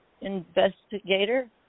investigator